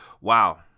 wow